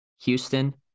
Houston